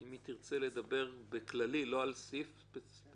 ואם תרצי לדבר באופן כללי, תוכלי.